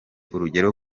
urugero